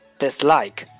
dislike